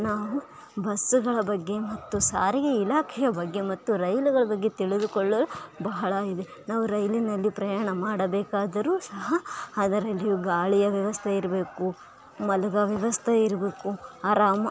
ನಾವು ಬಸ್ಸುಗಳ ಬಗ್ಗೆ ಮತ್ತು ಸಾರಿಗೆ ಇಲಾಖೆಯ ಬಗ್ಗೆ ಮತ್ತು ರೈಲುಗಳ ಬಗ್ಗೆ ತಿಳಿದುಕೊಳ್ಳಲು ಬಹಳ ಇದೆ ನಾವು ರೈಲಿನಲ್ಲಿ ಪ್ರಯಾಣ ಮಾಡಬೇಕಾದರೂ ಸಹ ಅದರಲ್ಲಿ ಗಾಳಿಯ ವ್ಯವಸ್ಥೆ ಇರಬೇಕು ಮಲ್ಗೋ ವ್ಯವಸ್ಥೆ ಇರಬೇಕು ಆರಾಮ